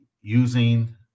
using